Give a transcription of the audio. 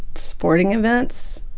sporting events.